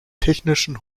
technischen